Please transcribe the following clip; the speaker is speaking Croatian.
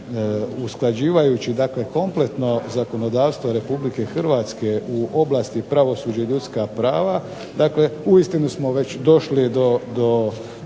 usklađivajući dakle kompletno zakonodavstvo Republike Hrvatske u oblasti pravosuđe i ljudska prava, dakle uistinu smo već došli do